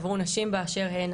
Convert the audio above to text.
עבור נשים באשר הן,